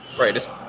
right